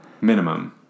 minimum